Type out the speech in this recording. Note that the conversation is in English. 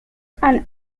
and